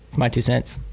my two cents.